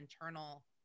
internal